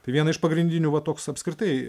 tai viena iš pagrindinių va toks apskritai